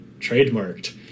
trademarked